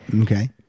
Okay